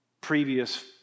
previous